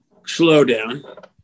slowdown